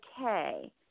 Okay